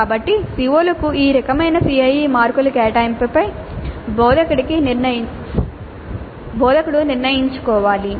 కాబట్టి CO లకు ఈ రకమైన CIE మార్కుల కేటాయింపుపై బోధకుడు నిర్ణయించుకోవాలి